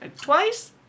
Twice